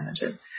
imagine